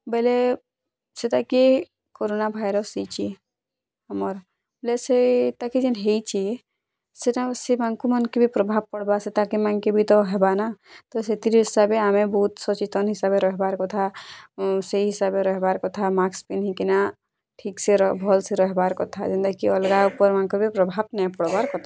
ବେଲେ ସେତାକେ corona virus ହୋଇଛି ଆମର୍ ହେଲେ ସେ ତାକେ ଯେନ୍ ହୋଇଛି ସେତା ସେ ମାଙ୍କୁ ମାନ କେ ବି ପ୍ରଭାବ ପଡ଼୍ବା ସେତା କେ ମାଙ୍କେ ମାନଙ୍କୁ ବି ହେବା ନା ତ ସେଥିର୍ ହିସାବେ ଆମେ ବହୁତ୍ ସଚେତନ ହିସାବେ ରହେବାର୍ କଥା ସେଇ ହିସାବେ ରହେବାର୍ କଥା ମାସ୍କ ପିନ୍ଧିକିନା ଠିକ୍ସେ ର ଭଲ୍ସେ ରହେବାର୍ କଥା ଯେନ୍ତା କି ଅଲଗା ଉପର ମାନଙ୍କୁ ବି ପ୍ରଭାବ ନାଇଁ ପଡ଼୍ବାର୍ କଥା